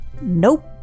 Nope